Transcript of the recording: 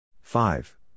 Five